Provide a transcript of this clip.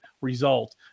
result